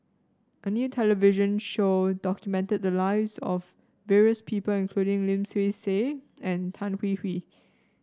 a new television show documented the lives of various people including Lim Swee Say and Tan Hwee Hwee